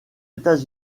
états